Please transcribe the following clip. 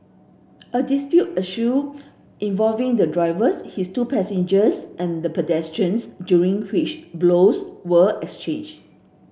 a dispute ensued involving the drivers his two passengers and the pedestrians during which blows were exchanged